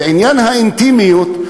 ועניין האינטימיות,